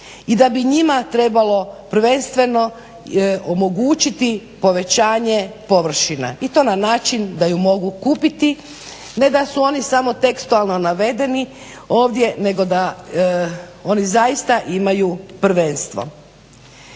I da bi njima trebalo prvenstveno omogućiti povećanje površina i to na način da ju mogu kupiti. Ne da su oni samo tekstualno navedeni ovdje nego da oni imaju prvenstvo.